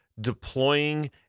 deploying